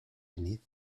beneath